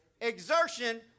Exertion